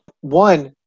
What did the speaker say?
One